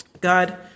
God